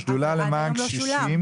השדולה למען קשישים,